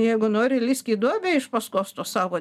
jeigu nori lįsk į duobę iš paskos to savo